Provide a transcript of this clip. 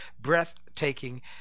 breathtaking